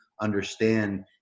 understand